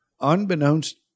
unbeknownst